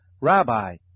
Rabbi